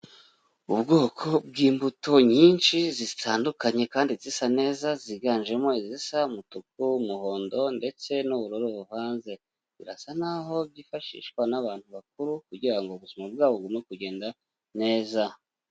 Ubwoko bw'imbuto nyinshi zitandukanye kandi zisa neza, ziganjemo izisa umutuku, umuhondo, ndetse n'ubururu buvanze, birasa naho byifashishwa n'abantu bakuru kugira ngo ubuzima bwabo bubone kugenda neza.